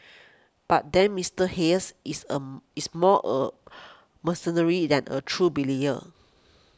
but then Mister Hayes is is more a mercenary than a true